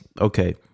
okay